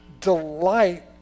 Delight